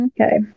okay